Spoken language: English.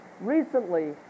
Recently